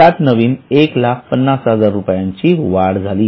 त्यात नवीन १५०००० रूपयाची वाढ झाली